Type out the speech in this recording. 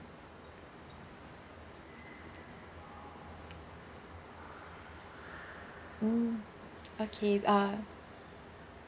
mm okay uh